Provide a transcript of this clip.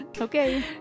Okay